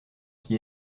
qui